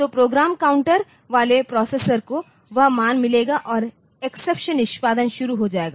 तो program counter वाले processor को वह मान मिलेगा और एक्सेप्शन निष्पादन शुरू हो जाएगा